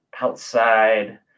outside